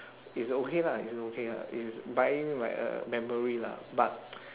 is okay lah is okay lah is buying like a memory lah but